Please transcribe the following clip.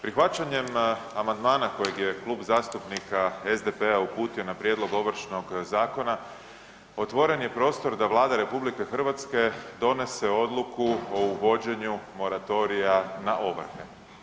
Prihvaćanjem amandmana koji je Klub zastupnika SDP-a uputio na prijedlog Ovršnog zakona, otvoren je prostor da Vlada RH donese odluku o uvođenju moratorija na ovrhe.